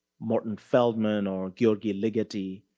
morton feldman or gyorgy ligeti,